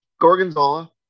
Gorgonzola